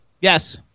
Yes